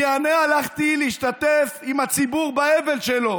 כי אני הלכתי להשתתף עם הציבור באבל שלו,